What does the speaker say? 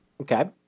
Okay